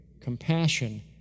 compassion